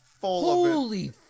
Holy